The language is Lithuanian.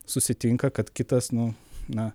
susitinka kad kitas nu na